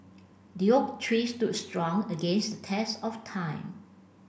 the oak tree stood strong against the test of time